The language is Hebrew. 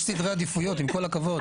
יש סדרי עדיפויות עם כל הכבוד.